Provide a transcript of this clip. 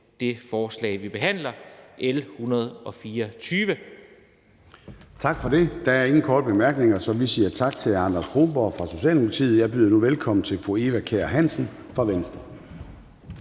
det forslag, vi behandler, nemlig